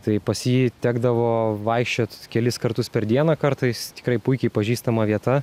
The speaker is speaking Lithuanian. tai pas jį tekdavo vaikščiot kelis kartus per dieną kartais tikrai puikiai pažįstama vieta